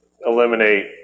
eliminate